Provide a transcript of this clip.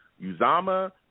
Uzama